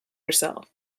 herself